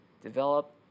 develop